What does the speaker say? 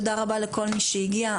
תודה רבה לכל מי שהגיע.